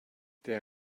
der